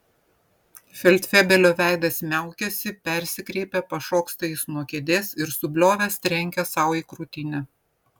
feldfebelio veidas niaukiasi persikreipia pašoksta jis nuo kėdės ir subliovęs trenkia sau į krūtinę